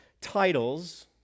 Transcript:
titles